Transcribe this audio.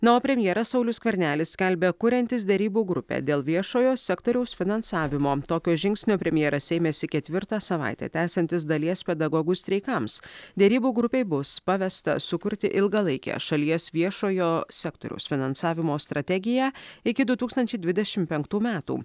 na o premjeras saulius skvernelis skelbia kuriantis derybų grupę dėl viešojo sektoriaus finansavimo tokio žingsnio premjeras ėmėsi ketvirtą savaitę tęsiantis dalies pedagogų streikams derybų grupei bus pavesta sukurti ilgalaikę šalies viešojo sektoriaus finansavimo strategiją iki du tūkstančiai dvidešimt penktų metų